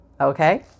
okay